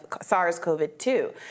SARS-CoV-2